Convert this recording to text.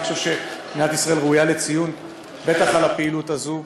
אני חושב שמדינת ישראל ראויה לציון בטח על הפעילות הזאת,